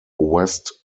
west